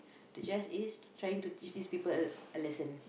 the judge is trying to teach these people a a lesson